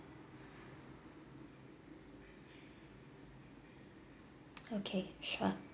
okay sure